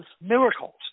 miracles